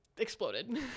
exploded